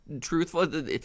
truthful